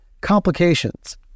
complications